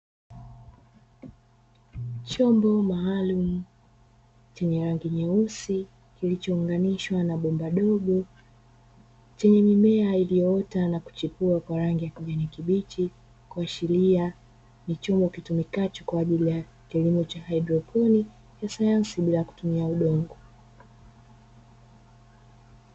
Chombo maalumu chenye rangi nyeusi kilichounganishwa na bomba dogo chenye mimea iliyoota na kuchipua kwa rangi ya kijani kibichi, kuashiria ni chombo kitumikacho kwajili ya kilimo cha haidroponi ya sayansi bila kutumia udongo.